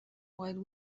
while